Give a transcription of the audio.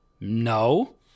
No